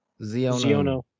Ziono